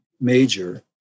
major